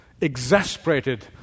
exasperated